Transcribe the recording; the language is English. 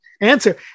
Answer